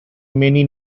many